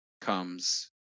comes